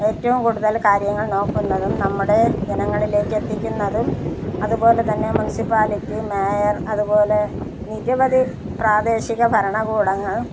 ഏറ്റവും കൂടുതൽ കാര്യങ്ങൾ നോക്കുന്നതും നമ്മുടെ ജനങ്ങളിലേക്ക് എത്തിക്കുന്നതും അതുപോലെതന്നെ മുൻസിപ്പാലിറ്റി മേയർ അതുപോലെ നിരവധി പ്രാദേശിക ഭരണകൂടങ്ങൾ